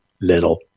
little